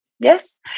Yes